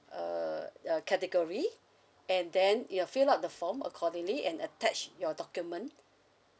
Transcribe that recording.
uh err uh category and then ya fill up the form accordingly and attach your document